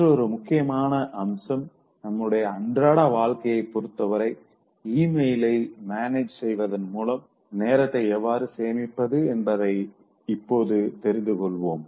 மற்றொரு முக்கியமான அம்சம் நம்முடைய அன்றாட வாழ்க்கையைப் பொறுத்தவரை ஈமெயிலை மேனேஜ் செய்வதன் மூலம் நேரத்தை எவ்வாறு சேமிப்பது என்பதை இப்போது தெரிந்து கொள்வோம்